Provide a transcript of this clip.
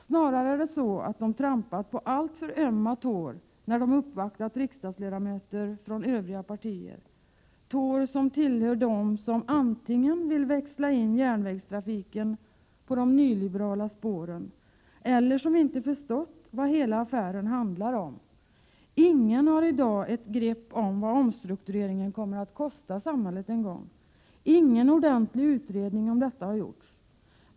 Snarare har de trampat på alltför ömma tår, när de uppvaktat riksdagsledamöter från övriga partier, tår som tillhör dem som antingen vill växla in järnvägstrafiken på de nyliberala spåren, eller som inte förstått vad hela affären handlar om. Ingen har i dag ett grepp om vad omstruktureringen kommer att kosta samhället en gång. Ingen ordentlig utredning om detta har gjorts.